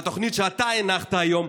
והתוכנית שאתה הנחת היום,